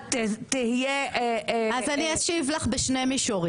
לאט תהיה ועדה זוחלת לכיוון --- אז אני אשיב לך בשני מישורים.